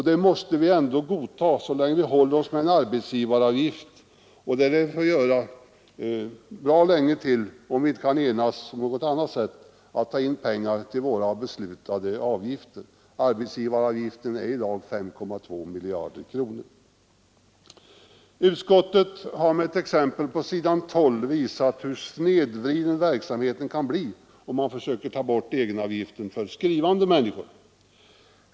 Det måste vi ju göra så länge vi håller oss med en arbetsgivaravgift, och det lär vi få göra bra länge till, om vi inte kan enas om något annat sätt att ta in pengar till beslutade utgifter. Arbetsgivaravgiften ger i dag 5,2 miljarder kronor. Utskottet har med ett exempel på s. 12 i betänkandet visat hur snedvriden verksamheten kan bli, om man tar bort egenavgiften för skrivande människor.